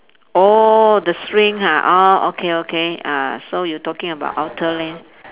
oh the string ah orh okay okay ah so you talking about outer lane